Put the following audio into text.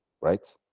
right